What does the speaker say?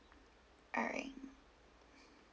alright